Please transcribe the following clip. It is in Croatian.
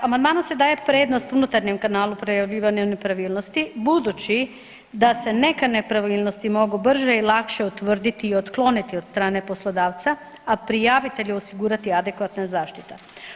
Amandmanom se daje prednost unutarnjem kanalu prijavljivanja nepravilnosti budući da se neke nepravilnosti mogu brže i lakše utvrditi i otkloniti od strane poslodavca, a prijavitelju osigurati adekvatna zaštita.